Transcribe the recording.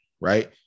Right